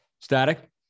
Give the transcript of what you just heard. Static